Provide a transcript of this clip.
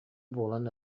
буолан